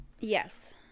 Yes